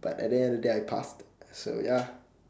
but at the end of the day I passed so ya